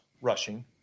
rushing